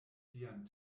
sian